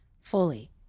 fully